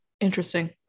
Interesting